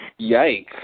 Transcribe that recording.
yikes